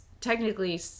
technically